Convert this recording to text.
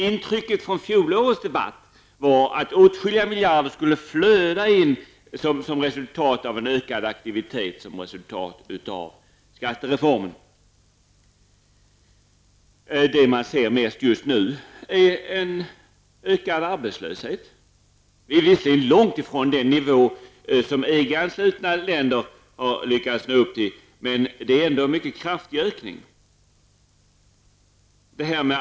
Intrycket från fjolårets debatt var att i och med skattereformen skulle åtskilliga miljarder flöda in som ett resultat av en ökad aktivitet. Det man ser mest just nu är en ökad arbetslöshet. Vi är visserligen långt från den nivå som EG-anslutna länder visar upp, men det har ändå skett en mycket kraftig ökning.